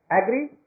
agree